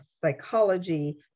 psychology